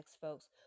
folks